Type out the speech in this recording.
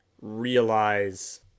realize